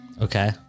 Okay